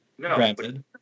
granted